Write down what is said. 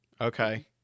Okay